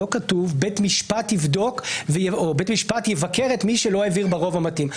לא כתוב: בית משפט יבקר את מי שלא העביר ברוב המתאים.